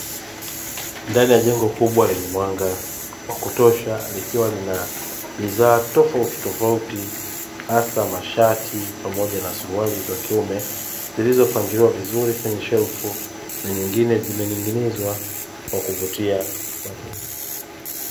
Ndani ya jengo kubwa lenye mwanga wa kutosha, likiwa lina bidhaa tofautitofauti, hasa mashati pamoja na suruali za kiume, zilizopangiliwa vizuri kwenye shelfu na nyingine zimening'inizwa kwa kuvutia wateja.